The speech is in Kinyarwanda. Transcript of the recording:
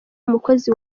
umukozi